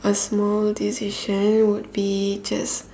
a small decision would be just